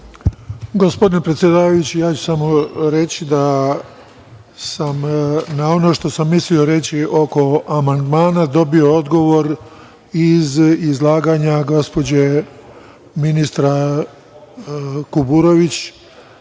Gospodine predsedavajući, samo ću reći da sam na ono što sam mislio reći oko amandmana dobio odgovor iz izlaganja gospođe ministarke Kuburović